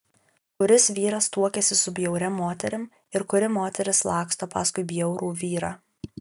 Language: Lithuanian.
kuris vyras tuokiasi su bjauria moterim ir kuri moteris laksto paskui bjaurų vyrą